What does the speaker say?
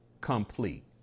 complete